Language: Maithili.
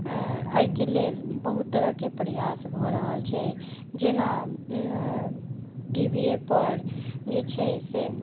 अइके लेल बहुत तरहके प्रयास भऽ रहल छै जेना टीवीयेपर जे छै से